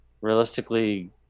realistically